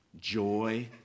joy